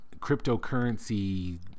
cryptocurrency